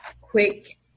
quick